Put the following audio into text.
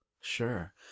Sure